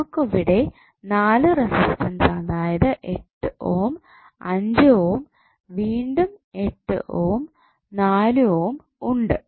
നമുക്കിവിടെ 4 റസിസ്റ്റൻസ് അതായത് 8 ohm 5 ohm വീണ്ടും 8 ഓം 4 ഓം ഉണ്ട്